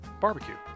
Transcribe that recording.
barbecue